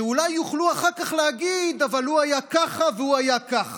שאולי יוכלו אחר כך להגיד: אבל הוא היה ככה והוא היה ככה.